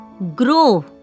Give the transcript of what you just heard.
Grow